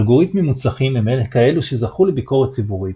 אלגוריתמים מוצלחים הם כאלו שזכו לביקורת ציבורית,